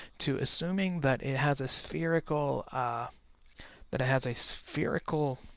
to assuming that it has a spherical ah that it has a spherical.